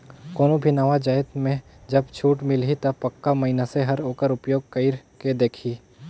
कोनो भी नावा जाएत में जब छूट मिलही ता पक्का मइनसे हर ओकर उपयोग कइर के देखही